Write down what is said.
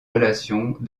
relations